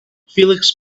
felix